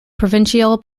provincial